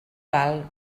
val